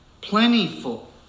plentiful